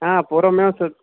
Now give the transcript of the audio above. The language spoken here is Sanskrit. हा पूर्वमेव सू